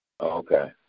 okay